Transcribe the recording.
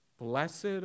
Blessed